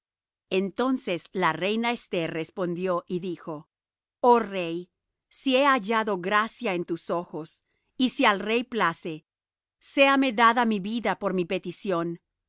entonces la reina esther respondió y dijo oh rey si he hallado gracia en tus ojos y si al rey place séame dada mi vida por mi petición